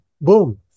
boom